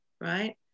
Right